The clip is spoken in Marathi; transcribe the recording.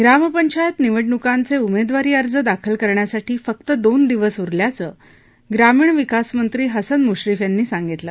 ग्रामपंचायत निवडणुकांचे उमेदवारी अर्ज दाखल करण्यासाठी फक्त दोन दिवस उरल्याचं ग्रामीण विकासमंत्री हसन मुश्रीफ यांनी सांगितलं